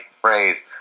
phrase